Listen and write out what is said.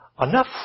enough